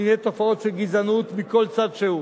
מפני תופעות של גזענות מכל צד שהוא.